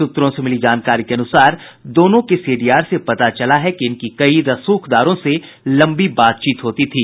सूत्रों से मिली जानकारी के अनुसार दोनों के सीडीआर से पता चला है कि इनकी कई रसूखदारों से लंबी बातचीत होती थी